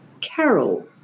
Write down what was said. Carol